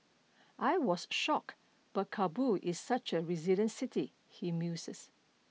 I was shocked but Kabul is such a resilient city he muses